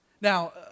Now